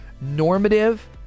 normative